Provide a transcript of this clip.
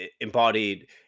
embodied